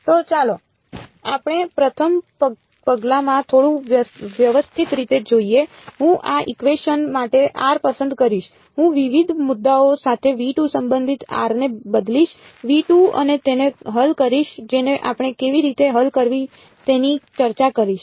તો ચાલો આપણે પ્રથમ પગલામાં થોડું વ્યવસ્થિત રીતે જોઈએ હું આ ઇકવેશન માટે r પસંદ કરીશ હું વિવિધ મુદ્દાઓ સાથે સંબંધિત r ને બદલીશ અને તેને હલ કરીશ જેને આપણે કેવી રીતે હલ કરવી તેની ચર્ચા કરીશું